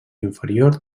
inferior